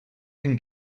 can